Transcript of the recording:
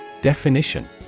Definition